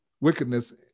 wickedness